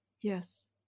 Yes